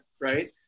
right